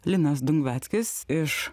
linas dungveckis iš